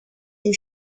that